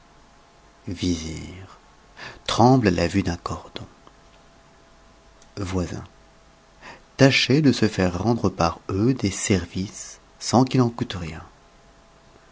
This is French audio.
tremble à la vue d'un cordon voisins tâcher de se faire rendre par eux des services sans qu'il en coûte rien